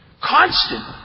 constant